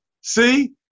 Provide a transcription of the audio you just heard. see